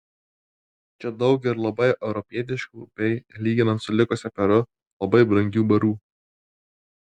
čia daug ir labai europietiškų bei lyginant su likusia peru labai brangių barų